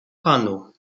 panu